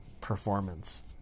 performance